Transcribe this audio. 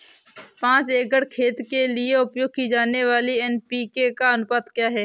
पाँच एकड़ खेत के लिए उपयोग की जाने वाली एन.पी.के का अनुपात क्या है?